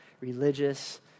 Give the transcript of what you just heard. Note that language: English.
religious